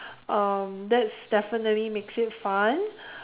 um that's definitely makes it fun